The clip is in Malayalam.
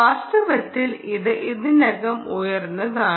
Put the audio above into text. വാസ്തവത്തിൽ അത് ഇതിലും ഉയർന്നതാണ്